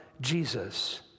Jesus